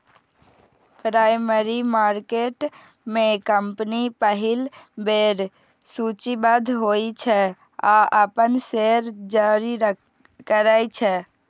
primary market में company पहिल बेर सूचीबद्ध होइ छै आ अपन शेयर जारी करै छै